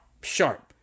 sharp